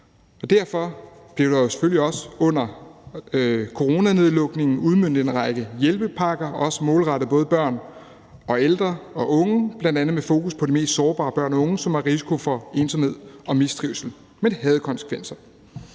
selvfølgelig også under coronanedlukningen udmøntet en række hjælpepakker, også målrettet børn, unge og ældre, bl.a. med fokus på de mest sårbare børn og unge, som var i risiko for ensomhed og mistrivsel. Men det havde konsekvenser,